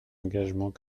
engagement